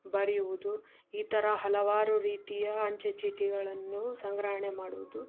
ಬರೆಯುವುದು ಈ ಥರ ಹಲವಾರು ರೀತಿಯ ಅಂಚೆ ಚೀಟಿಗಳನ್ನು ಸಂಗ್ರಹಣೆ ಮಾಡುವುದು